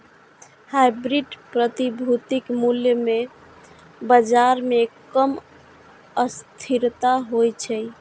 hybrid प्रतिभूतिक मूल्य मे बाजार मे कम अस्थिरता होइ छै